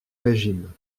régime